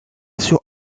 sur